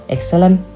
Excellent